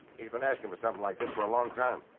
he's been asking for something like this for a long time.